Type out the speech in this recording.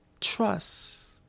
trust